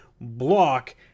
block